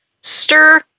Stir